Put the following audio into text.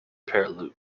perrault